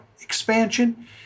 expansion